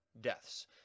deaths